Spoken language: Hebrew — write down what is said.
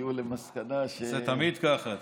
הגיעו למסקנה, זה תמיד ככה.